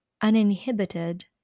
uninhibited